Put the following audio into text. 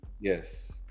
yes